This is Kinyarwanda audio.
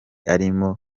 arimo